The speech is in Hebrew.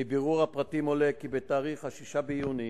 מבירור הפרטים עולה כי בתאריך 6 ביוני